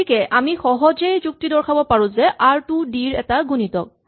গতিকে আমি সহজেই যুক্তি দৰ্শাব পাৰো যে আৰ টোও ডি ৰ এটা গুণিতক